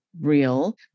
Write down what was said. real